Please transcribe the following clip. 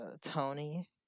Tony